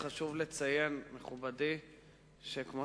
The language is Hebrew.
חשוב לציין, מכובדי, שכמו